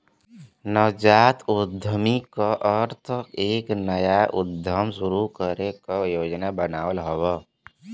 नवजात उद्यमी क अर्थ एक नया उद्यम शुरू करे क योजना बनावल हउवे